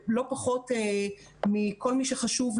לא פחות מכל אחד אחר,